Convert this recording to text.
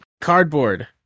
Cardboard